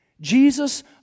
Jesus